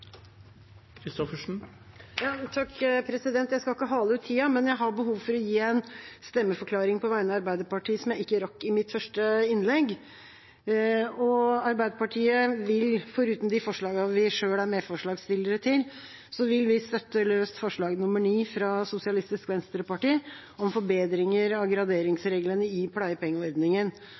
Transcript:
Jeg skal ikke hale ut tida, men jeg har behov for å gi en stemmeforklaring på vegne av Arbeiderpartiet, noe jeg ikke rakk i mitt første innlegg. Arbeiderpartiet vil foruten de forslagene vi selv er medforslagsstiller til, støtte forslag nr. 9, fra SV, om forbedringer av graderingsreglene i pleiepengeordningen.